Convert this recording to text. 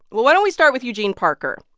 well, why don't we start with eugene parker?